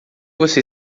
você